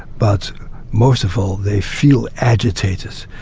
but most of all they feel agitated.